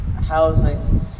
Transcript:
housing